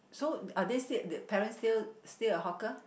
so are they said their parents still still a hawker